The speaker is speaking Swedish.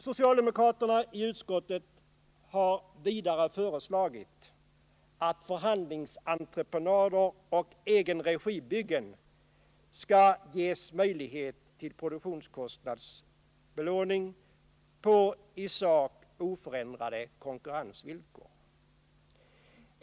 Socialdemokraterna i utskottet har vidare föreslagit att förhandlingsentreprenader och egenregibyggen skall ges möjlighet till produktionskostnadsbelåning på i sak oförändrade konkurrensvillkor.